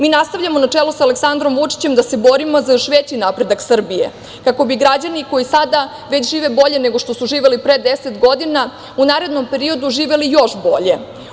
Mi nastavljamo, na čelu sa Aleksandrom Vučićem, da se borimo za još veći napredak Srbije, kako bi građani koji sada već žive bolje nego što su živeli pre 10 godina u narednom periodu živeli još bolje.